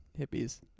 hippies